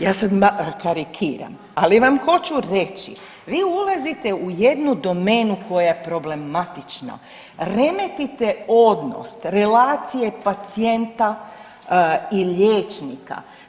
Ja sad karikiram, ali vam hoću reći vi ulazite u jednu domenu koja je problematična, remetite odnos relacije pacijenta i liječnika.